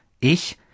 ich